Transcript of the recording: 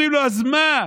אומרים לו: אז מה?